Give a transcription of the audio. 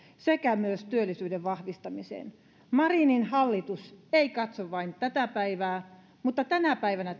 sekä työllisyyden vahvistamiseen marinin hallitus ei katso vain tätä päivää mutta tänä päivänä